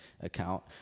account